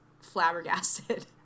flabbergasted